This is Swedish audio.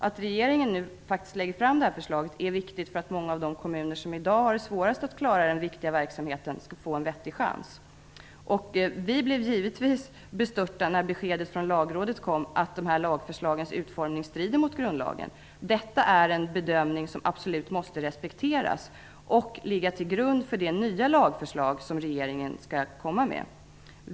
Att regeringen nu lägger fram detta förslag är viktigt för att många av de kommuner som i dag har det svårast att klara den viktiga verksamheten skall få en vettig chans. Vi blev givetvis bestörta när beskedet från Lagrådet kom om att lagförslagens utformning strider mot grundlagen. Detta är en bedömning som absolut måste respekteras och ligga till grund för det nya lagförslag som regeringen skall komma med.